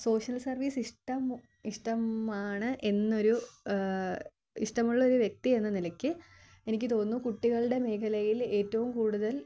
social service ഇഷ്ടം ഇഷ്ടമാണ് എന്നൊരു ഇഷ്ടമുള്ളൊരു വ്യക്തി എന്ന നിലയ്ക്ക് എനിക്കു തോന്നുന്നു കുട്ടികളുടെ മേഖലയിൽ ഏറ്റവും കൂടുതൽ